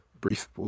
Brief